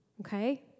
okay